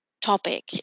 topic